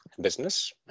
business